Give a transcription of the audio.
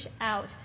out